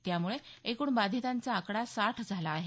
त्यामुळे एकूण बाधितांचा आकडा साठ झाला आहे